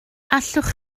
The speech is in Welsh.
allwch